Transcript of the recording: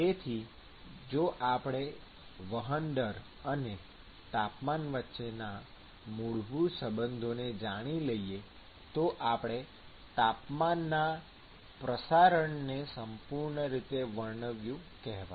તેથી જો આપણે વહન દર અને તાપમાન વચ્ચેના મૂળભૂત સંબંધોને જાણી લઈએ તો આપણે તાપમાનના પ્રસારણને સંપૂર્ણ રીતે વર્ણવ્યું કહેવાય